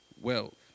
wealth